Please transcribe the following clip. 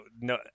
no